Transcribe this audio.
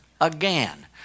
Again